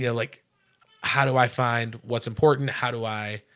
yeah like how do i find what's important? how do i?